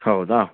ಹೌದಾ